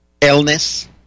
illness